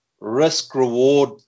risk-reward